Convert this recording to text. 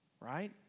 right